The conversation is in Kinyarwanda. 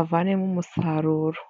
avanemo umusaruro.